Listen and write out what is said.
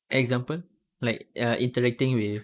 example like err interacting with